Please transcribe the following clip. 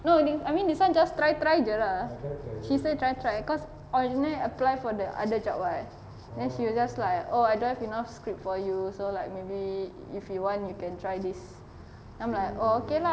no I mean this [one] just try try jer lah she say try try cause or original apply for the other job [what] then she was just like oh I don't have enough script for you so like maybe if you want you can try this I'm like oh okay lah